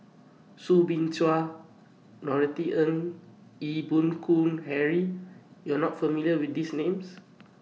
Soo Bin Chua Norothy Ng Ee Boon Kong Henry YOU Are not familiar with These Names